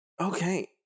Okay